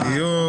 בדיוק.